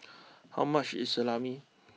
how much is Salami